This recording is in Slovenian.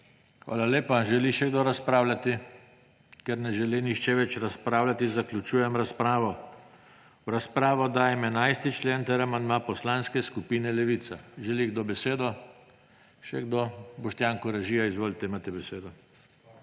Hvala lepa. Želi še kdo razpravljati? Ker ne želi nihče več razpravljati, zaključujem razpravo. V razpravo dajem 11. člen ter amandma Poslanske skupine Levica. Želi kdo besedo? Boštjan Koražija, izvolite, imate besedo.